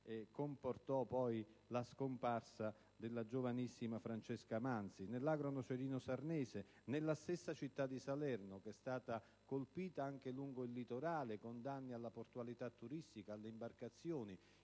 che comportò la scomparsa della giovanissima Francesca Manzi), nell'agro nocerino-sarnese, nella stessa città di Salerno, che è stata colpita anche lungo il litorale, con ingenti danni alla portualità turistica e alle imbarcazioni.